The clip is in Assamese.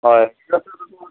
হয়